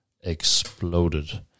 exploded